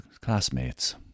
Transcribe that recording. classmates